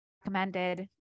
recommended